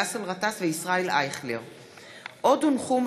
באסל גטאס וישראל אייכלר בנושא: תופעת שכחת ילדים ברכב.